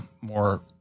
more